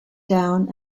down